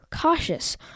cautious